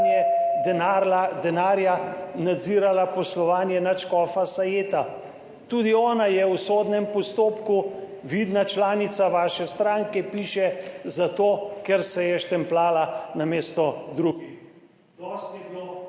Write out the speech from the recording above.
denarja nadzirala poslovanje nadškofa Sajeta. Tudi ona je v sodnem postopku vidna članica vaše stranke, piše, zato ker se je štempljala namesto drugih.